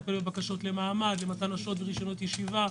טיפול בבקשות למעמד, מתן אשרות ורישיונות ישיבה,